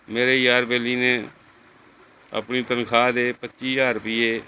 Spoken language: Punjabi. ਮੇਰੇ ਯਾਰ ਬੇਲੀ ਨੇ ਆਪਣੀ ਤਨਖਾਹ ਦੇ ਪੱਚੀ ਹਜ਼ਾਰ ਰੁਪਈਏ